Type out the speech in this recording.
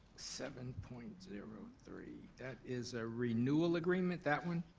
seven point zero three, that is a renewal agreement, that one?